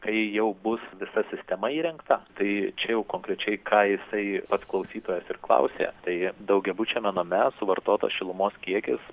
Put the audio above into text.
kai jau bus visa sistema įrengta tai čia jau konkrečiai ką jisai pats klausytojas ir klausė tai daugiabučiame name suvartotas šilumos kiekis